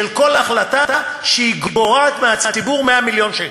של כל החלטה שהיא גורעת מהציבור 100 מיליון שקל,